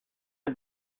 est